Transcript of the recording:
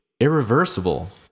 Irreversible